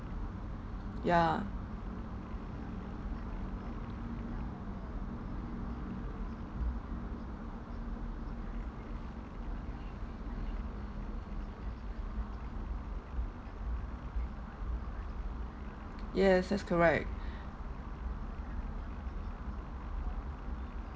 yeah yes that's correct